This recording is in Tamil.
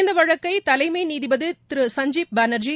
இந்த வழக்கை தலைமை நீதிபதி திரு சஞ்ஜீப் பானா்ஜி